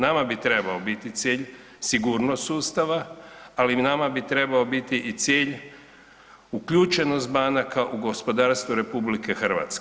Nama bi trebao biti cilj sigurnost sustava, ali nama bi biti i cilj uključenost banaka u gospodarstvo RH.